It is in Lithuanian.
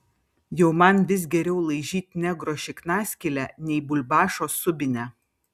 jau man vis geriau laižyt negro šiknaskylę nei bulbašo subinę